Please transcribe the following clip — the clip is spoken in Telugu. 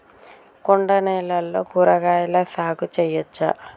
కొండ నేలల్లో కూరగాయల సాగు చేయచ్చా?